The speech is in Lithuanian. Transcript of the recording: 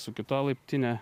su kita laiptine